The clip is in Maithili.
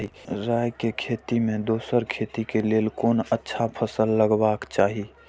राय के खेती मे दोसर खेती के लेल कोन अच्छा फसल लगवाक चाहिँ?